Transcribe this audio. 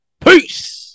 Peace